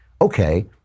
okay